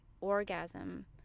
orgasm